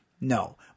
No